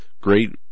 Great